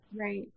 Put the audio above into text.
Right